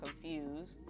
confused